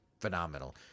phenomenal